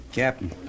Captain